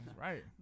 Right